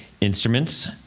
Instruments